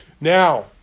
Now